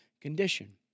condition